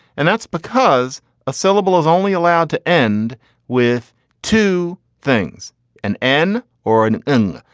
and that's because a syllable is only allowed to end with two things an n or an n.